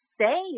say